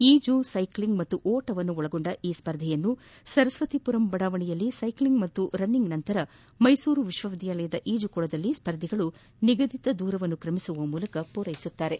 ಈಜು ಸೈಕ್ಲಿಂಗ್ ಮತ್ತು ಓಟವನ್ನು ಒಳಗೊಂಡ ಈ ಸ್ಪರ್ಧೆಯನ್ನು ಸರಸ್ವತಿಪುರಂ ಬಡಾವಣೆಯಲ್ಲಿ ಸೈಕ್ಲಿಂಗ್ ಮತ್ತು ರನ್ನಿಂಗ್ ನಂತರ ಮೈಸೂರು ವಿಶ್ವವಿದ್ಯಾಲಯದ ಈಜುಕೊಳದಲ್ಲಿ ಸ್ಪರ್ಧಿಗಳು ನಿಗದಿತ ದೂರವನ್ನು ಕ್ರಮಿಸುವ ಮೂಲಕ ಪೂರೈಸುತ್ತಾರೆ